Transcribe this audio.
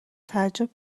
تعجب